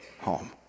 home